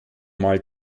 mal